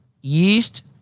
yeast